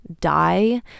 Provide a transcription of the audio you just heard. die